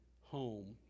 home